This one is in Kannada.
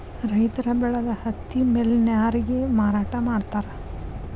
ರೈತರ ಬೆಳದ ಹತ್ತಿ ಮಿಲ್ ನ್ಯಾರಗೆ ಮಾರಾಟಾ ಮಾಡ್ತಾರ